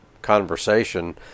Conversation